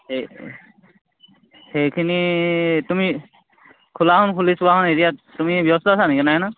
এই সেইখিনি তুমি খোলাখন খুলি ছোৱা খন এতিয়া তুমি ব্যস্ত আছা নেকি নাই ন